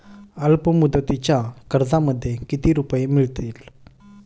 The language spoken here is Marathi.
अल्पमुदतीच्या कर्जामध्ये किती रुपये मिळतील?